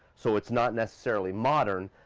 so it's not necessarily modern,